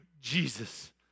Jesus